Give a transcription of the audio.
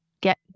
Get